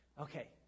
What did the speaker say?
okay